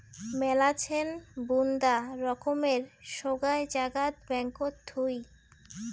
মেলাছেন বুন্দা রকমের সোগায় জাগাত ব্যাঙ্কত থুই